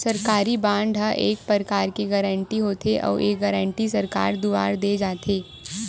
सरकारी बांड ह एक परकार के गारंटी होथे, अउ ये गारंटी सरकार दुवार देय जाथे